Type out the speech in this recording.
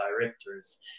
directors